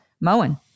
moen